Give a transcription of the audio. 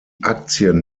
aktien